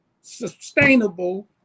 sustainable